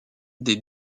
des